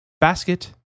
Basket